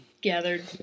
gathered